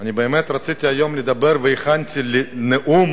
אני באמת רציתי היום לדבר והכנתי נאום,